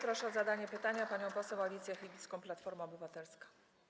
Proszę o zadania pytania panią poseł Alicję Chybicką, Platforma Obywatelska.